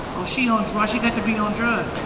oh, she on drugs. she got to be on drugs.